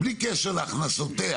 בלי קשר להכנסותיה,